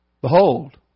Behold